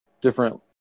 different